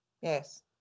Yes